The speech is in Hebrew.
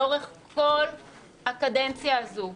לאורך כל הקדנציה הזו,